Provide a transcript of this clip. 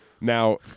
Now